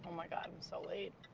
my god, i'm so late.